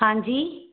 हांजी